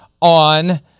on